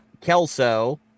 Kelso